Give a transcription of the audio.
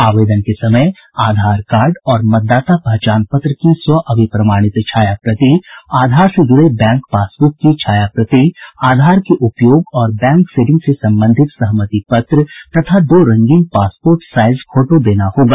आवेदन के समय आधार कार्ड और मतदाता पहचान पत्र की स्व अभिप्रमाणित छाया प्रति आधार से जुड़े बैंक पासबुक की छाया प्रति आधार के उपयोग और बैंक सीडिंग से संबंधित सहमति पत्र तथा दो रंगीन पासपोर्ट साईज फोटो देना होगा